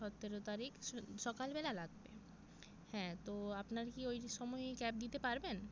সতেরো তারিখ সকালবেলা লাগবে হ্যাঁ তো আপনার কী ওই যে সময়ে ক্যাব দিতে পারবেন